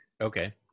okay